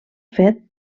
fet